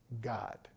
God